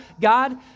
God